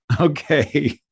Okay